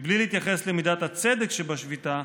בלי להתייחס למידת הצדק שבשביתה,